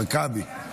הרכבי,